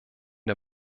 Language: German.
der